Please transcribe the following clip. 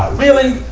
really!